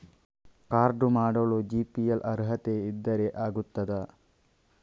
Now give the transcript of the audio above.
Card ಮಾಡಲು BPL ಅರ್ಹತೆ ಇದ್ದರೆ ಆಗುತ್ತದ?